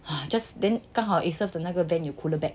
ah just then 刚好的那个 bag 有 cooler bag